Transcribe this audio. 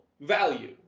value